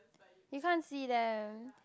you can't see them